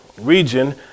region